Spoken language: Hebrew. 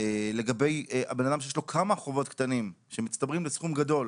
לגבי בן אדם שיש לו כמה חובות קטנים שמצטברים לסכום גדול.